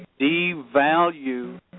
devalue